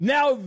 Now